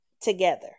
together